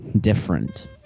Different